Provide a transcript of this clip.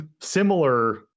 similar